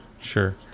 sure